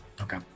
Okay